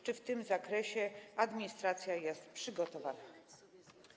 Czy w tym zakresie administracja jest przygotowana?